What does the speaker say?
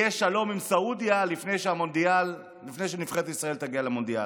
יהיה שלום עם סעודיה לפני שנבחרת ישראל תגיע למונדיאל.